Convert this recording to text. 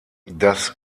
das